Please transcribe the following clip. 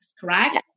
correct